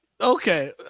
Okay